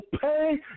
pay